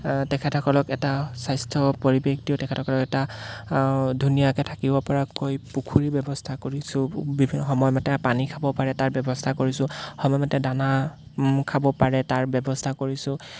তেখেতসকলক এটা স্বাস্থ্য পৰিৱেশ দিওঁ তেখেতসকলক এটা ধুনীয়াকৈ থাকিব পৰাকৈ পুখুৰী ব্যৱস্থা কৰিছোঁ সময়মতে পানী খাব পাৰে তাৰ ব্যৱস্থা কৰিছোঁ সময়মতে দানা খাব পাৰে তাৰ ব্যৱস্থা কৰিছোঁ